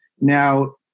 Now